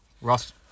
Ross